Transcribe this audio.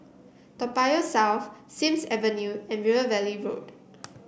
Toa Payoh South Sims Avenue and River Valley Road